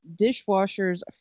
dishwashers